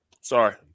Sorry